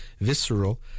visceral